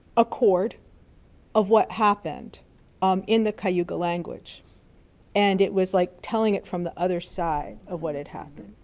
accord of what happened um in the cayuga language and it was like telling it from the other side of what had happened.